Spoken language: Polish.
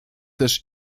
też